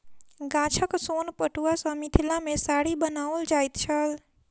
गाछक सोन पटुआ सॅ मिथिला मे साड़ी बनाओल जाइत छल